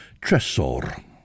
Tresor